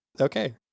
Okay